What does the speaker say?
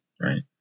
right